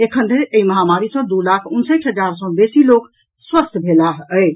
एखन धरि एहि महामारी सँ दू लाख उनसठि हजार सँ बेसी लोक स्वस्थ भेलाह अछि